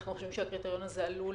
אנחנו חושבים שהקריטריון הזה עלול